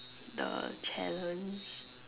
the challenge